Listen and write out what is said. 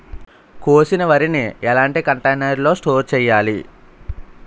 కోసిన వరిని ఎలాంటి కంటైనర్ లో స్టోర్ చెయ్యాలి?